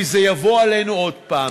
כי זה יבוא עלינו עוד פעם,